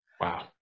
Wow